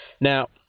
Now